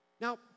Now